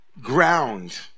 ground